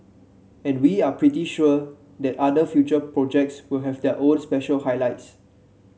and we are pretty sure that other future projects will have their own special highlights